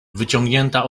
wyciągnięta